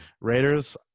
Raiders